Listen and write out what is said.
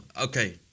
okay